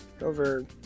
over